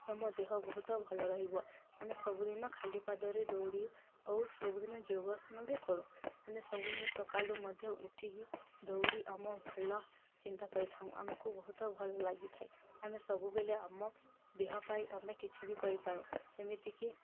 ଆମ ଦେହ ବହୁତ ଭଲ ରହିବ ଆମେ ସବୁଦିନ ଖାଲି ପାଦରେ ଦୌଡ଼ି ଆଉ ସବୁଦିନ ଯୋଗ ବି କରୁ ଆମେ ସବୁଦିନ ସକାଳୁ ମଧ୍ୟ ଉଠିକି ଦୌଡ଼ି ଆମ ଭଲ ଚିନ୍ତା କରିଥାଉ ଆମକୁ ବହୁତ ଭଲ ଲାଗିଥାଏ ଆମେ ସବୁବେଳେ ଆମ ଦେହ ପାଇଁ ଆମେ କିଛି ବି କରିପାରୁ ସେମିତିକି